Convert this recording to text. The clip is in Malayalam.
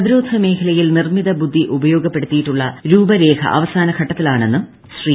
പ്രതിരോധ മേഖലയിൽ നിർമ്മിത ബുദ്ധി ഉപയോഗപ്പെടുത്തുന്നതിനുള്ള രൂപരേഖ അവസാന ഘട്ടത്തിലാണെന്നും ശ്രീ